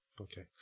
Okay